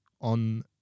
on